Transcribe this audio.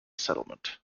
settlement